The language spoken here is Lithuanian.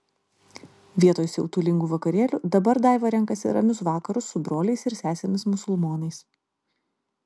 vietoj siautulingų vakarėlių dabar daiva renkasi ramius vakarus su broliais ir sesėmis musulmonais